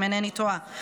אם אינני טועה,